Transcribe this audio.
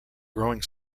growing